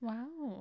Wow